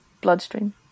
bloodstream